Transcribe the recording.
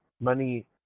Money